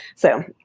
so,